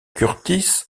kurtis